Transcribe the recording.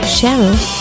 Cheryl